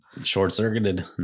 short-circuited